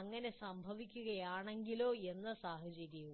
അങ്ങനെ സംഭവിക്കുകയാണെങ്കിലോ എന്ന സാഹചര്യവും